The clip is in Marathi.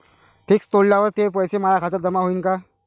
फिक्स तोडल्यावर ते पैसे माया खात्यात जमा होईनं का?